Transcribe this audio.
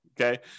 Okay